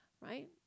right